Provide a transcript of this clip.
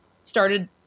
started